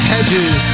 Hedges